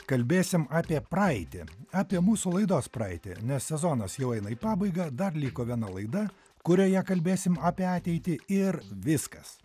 kalbėsim apie praeitį apie mūsų laidos praeitį nes sezonas jau eina į pabaigą dar liko viena laida kurioje kalbėsim apie ateitį ir viskas